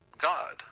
God